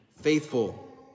faithful